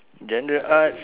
genre art